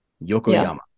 Yokoyama